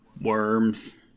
Worms